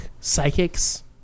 psychics